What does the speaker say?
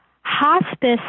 Hospice